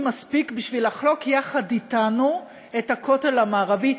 מספיק לחלוק אתנו את הכותל המערבי,